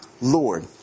Lord